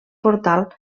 portal